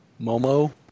Momo